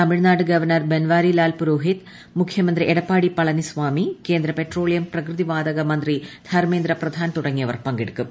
Tamil Nadu governor Banwarilal Purohit മുഖ്യമന്ത്രി എടപ്പാടി പളനിസ്വാമി കേന്ദ്ര petroleum പ്രകൃതിവാതക മന്ത്രി ധർമ്മേന്ദ്ര പ്രധാൻ തുടങ്ങിയവർ പങ്കെടുക്കും